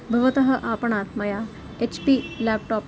भवतः आपणात् मया एच् पी लेप्टाप्